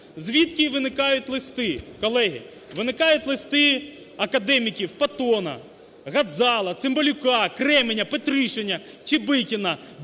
Звідки виникають листи, колеги? Виникають листи академіків: Патона, Гадзало, Цимбалюка, Кременя, Петришина, Чебикіна